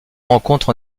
rencontre